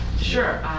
Sure